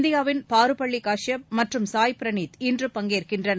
இந்தியாவின் பாருபள்ளி காஷியப் மற்றும் சாய் பிரவீத் இன்று பங்கேற்கின்றனர்